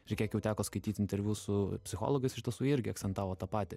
ir kiek jau teko skaityt interviu su psichologais iš tiesų jie irgi akcentavo tą patį